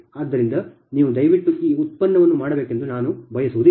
ಆದ್ದರಿಂದ ನೀವು ದಯವಿಟ್ಟು ಈ ಉತ್ಪನ್ನವನ್ನು ಮಾಡಬೇಕೆಂದು ನಾನು ಬಯಸುವುದಿಲ್ಲ